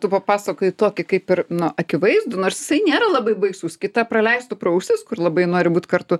tu papasakojai tokį kaip ir nu akivaizdų nors jisai nėra labai baisus kita praleistų pro ausis kur labai nori būt kartu